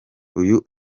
uyu